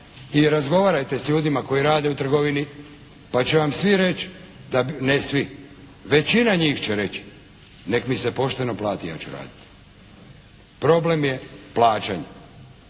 i razgovarajte s ljudima koji rade u trgovini pa će vam svi reći, ne svi, većina njih će reći nek mi se pošteno plati ja ću raditi. Problem je plaćanje,